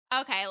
Okay